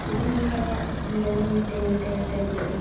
ᱡᱩᱫᱤ ᱦᱩᱭ ᱫᱟᱲᱮᱭᱟᱜ ᱠᱷᱟᱱ ᱫᱚ ᱢᱤᱫᱴᱟᱝ ᱢᱤᱫᱴᱟᱝ ᱠᱟᱛᱮᱫ ᱡᱩᱫᱤ